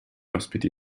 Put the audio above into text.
ospiti